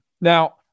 Now